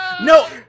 No